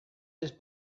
his